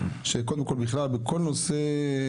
שקודם כל בכלל בכל נושא,